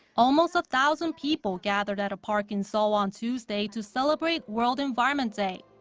almost a thousand people gathered at a park in seoul on tuesday to celebrate world environment day.